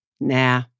Nah